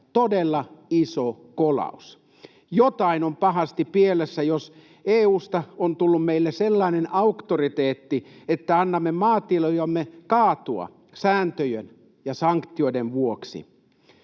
todella iso kolaus. Jotain on pahasti pielessä, jos EU:sta on tullut meille sellainen auktoriteetti, että annamme maatilojemme kaatua sääntöjen ja sanktioiden vuoksi.